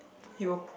he will